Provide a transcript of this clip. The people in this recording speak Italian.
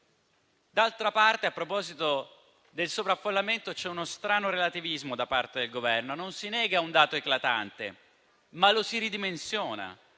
D'altra parte, a proposito del sovraffollamento, c'è uno strano relativismo da parte del Governo; non si nega un dato eclatante, ma lo si ridimensiona,